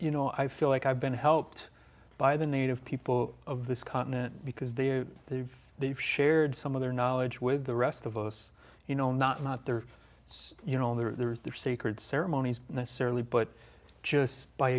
you know i feel like i've been helped by the native people of this continent because they they've they've shared some of their knowledge with the rest of us you know not not their you know there's their sacred ceremonies necessarily but just by